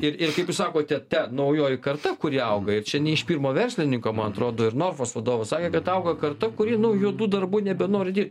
ir kaip jūs sakote ta naujoji karta kuri auga ir čia ne iš pirmo verslininko man atrodo ir norfos vadovas sakė kad auga karta kuri nu juodų darbų nebenori dirbt